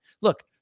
look